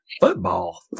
Football